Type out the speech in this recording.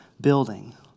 building